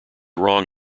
wrong